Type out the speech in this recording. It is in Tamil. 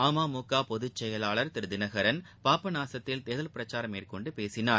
அமமுக பொதுச் செயலாளர் திரு தினகரன் பாபநாசத்தில் தேர்தல் பிரச்சாரம் மேற்கொண்டு பேசினார்